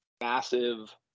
massive